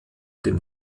dem